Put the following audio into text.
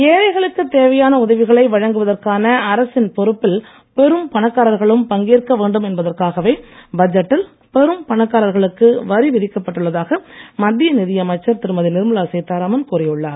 ஏழைகளுக்குத் தேவையான உதவிகளை வழங்குவதற்கான அரசின் பொறுப்பில் பெரும் பணக்காரர்களும் பங்கேற்க வேண்டும் என்பதற்காகவே பட்ஜெட்டில் பெரும் பணக்காரர்களுக்கு வரி விதிக்கப்பட்டுள்ளதாக மத்திய நிதியமைச்சர் திருமதி நிர்மலா சீதாராமன் கூறியுள்ளார்